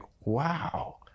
wow